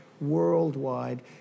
worldwide